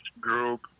group